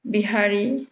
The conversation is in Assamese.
বিহাৰী